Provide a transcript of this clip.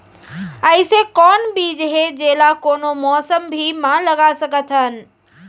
अइसे कौन बीज हे, जेला कोनो मौसम भी मा लगा सकत हन?